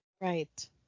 Right